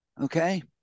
okay